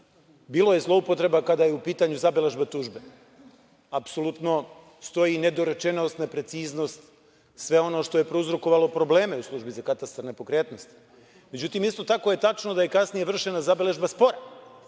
bilo je zloupotreba kada je u pitanju zabeležba tužbe. Apsolutno stoji nedorečenost, nepreciznost, sve ono što je prouzrokovalo probleme u službi za katastar nepokretnosti. Međutim, isto tako je tačno da je kasnije vršena zabeležba spora